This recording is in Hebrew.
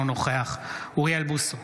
אינו נוכח אוריאל בוסו,